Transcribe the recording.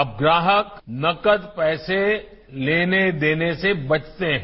अब ग्राहक नकद पैसे लेने देने से बचते है